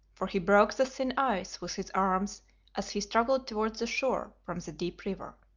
for he broke the thin ice with his arms as he struggled towards the shore from the deep river.